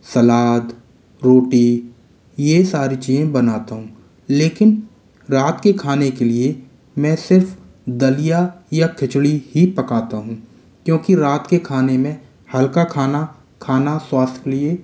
सलाद रोटी यही सारी चीज़ें बनाता हूँ लेकिन रात के खाने के लिए मैं सिर्फ़ दलिया या खिचड़ी ही पकाता हूँ क्योंकी रात के खाने में हल्का खाना खाना स्वास्थ्य के लिए